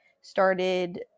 started